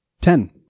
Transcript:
Ten